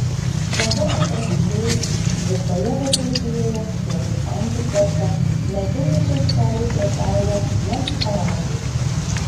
sezonui prasidėjus visoje vokietijoje kelių sankirtose mediniai kioskeliai prekiauja vien šparagais